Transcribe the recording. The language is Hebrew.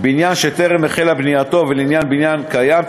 בניין שטרם החלה בנייתו ולעניין בניין קיים,